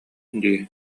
дии